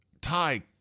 Ty